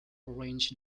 arranged